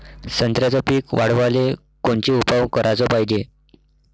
संत्र्याचं पीक वाढवाले कोनचे उपाव कराच पायजे?